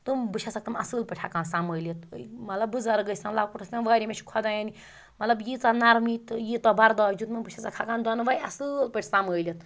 تہٕ بہٕ چھسَکھ تٕم اَصل پٲٹھۍ ہیکان سَمبٲلِتھ مَطلَب بٕزَرٕگ ٲسۍ تَن لۄکُٹ ٲسۍ تَن واریاہ مَطلَب مےٚ چھُ خۄدایَن یٖژا نَرمی تہٕ یوٗتاہ بَرداش دِیُتمُت بہٕ چھسَکھ ہیکان دۄنوٕے اَصل پٲٹھۍ سَمبٲلِتھ